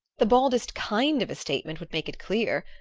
the baldest kind of a statement would make it clear.